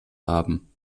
haben